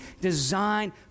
designed